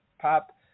pop